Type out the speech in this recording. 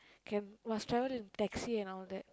can must travel in taxi and all that